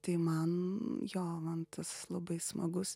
tai man jo man tas labai smagus